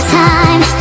time